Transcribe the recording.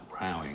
rowing